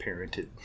parented